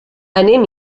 anem